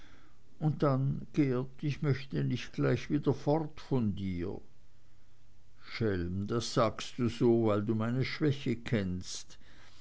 und dann geert ich möchte nicht gleich wieder von dir fort schelm das sagst du so weil du meine schwäche kennst